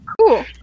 cool